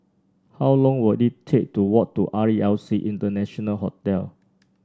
how long will it take to walk to R E L C International Hotel